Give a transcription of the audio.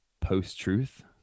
post-truth